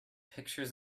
pictures